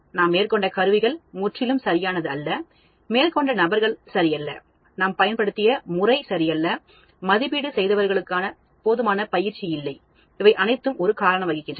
நாம் மேற்கொண்ட கருவிகள் முற்றிலும் சரியானது அல்ல மேற்கண்ட நபர்கள் சரியல்ல நாம் பயன்படுத்திய முறை சரியல்ல மதிப்பீடு செய்தவர்களுக்கு போதுமான பயிற்சி இல்லை இவை அனைத்தும் காரணம் வகிக்கின்றன